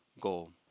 goal